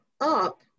up